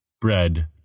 bread